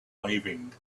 arriving